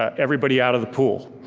everybody out of the pool.